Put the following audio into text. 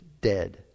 dead